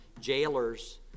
jailers